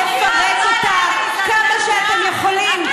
לפרק אותה כמה שאתם יכולים,